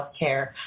healthcare